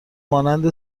مانند